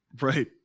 Right